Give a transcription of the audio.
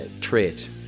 trait